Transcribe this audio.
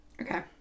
Okay